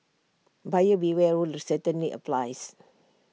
buyer beware rule certainly applies